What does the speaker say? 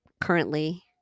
currently